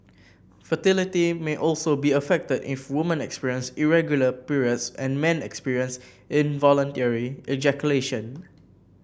fertility may also be affected if woman experience irregular periods and men experience involuntary ejaculation